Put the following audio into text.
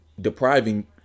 depriving